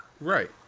Right